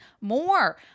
more